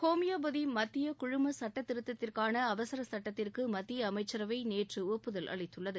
homeopathy மத்திய குழும சுட்டத்திருத்தத்திற்கான அவசரச் சுட்டத்திற்கு மத்திய அமைச்சரவை நேற்று ஒப்புதல் அளித்துள்ளது